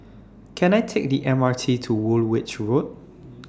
Can I Take The M R T to Woolwich Road